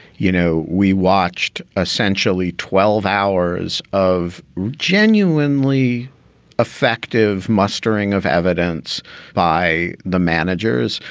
you know, we watched essentially twelve hours of genuinely effective mustering of evidence by the managers,